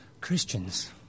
Christians